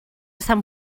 sant